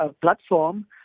platform